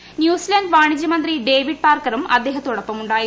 നടന്ന ന്യൂസിലന്റ് വാണിജ്യമന്ത്രി ഡേവിഡ് പാർക്കറും അദ്ദേഹത്തോടൊപ്പമുായിരുന്നു